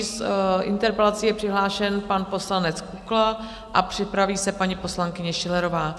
S další interpelací je přihlášen pan poslanec Kukla a připraví se paní poslankyně Schillerová.